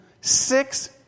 six